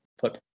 put